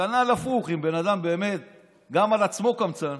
וכנ"ל הפוך, אם בן אדם גם על עצמו קמצן,